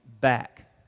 back